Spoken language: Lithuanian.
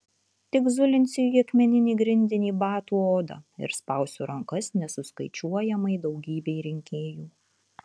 tik zulinsiu į akmeninį grindinį batų odą ir spausiu rankas nesuskaičiuojamai daugybei rinkėjų